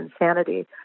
insanity